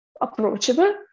approachable